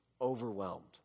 overwhelmed